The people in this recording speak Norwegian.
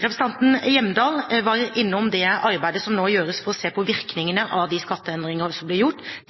Representanten Hjemdal var innom det arbeidet som nå gjøres, for å se på virkningene av skatteendringer.